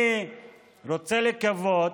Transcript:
אני רוצה לקוות